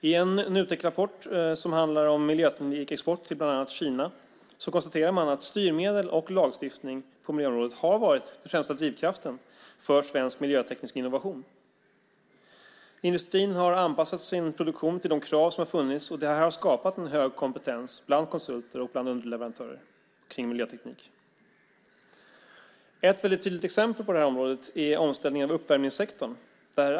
I en Nutekrapport som handlar om miljöteknikexport till bland annat Kina konstaterar man att styrmedel och lagstiftning på miljöområdet har varit den främsta drivkraften för svensk miljöteknisk innovation. Industrin har anpassat sin produktion till de krav som har funnits, och det har skapat en hög kompetens bland konsulter och underleverantörer av miljöteknik. Ett tydligt exempel på området är omställningen av uppvärmningssektorn.